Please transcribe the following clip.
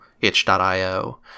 itch.io